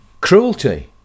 cruelty